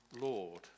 Lord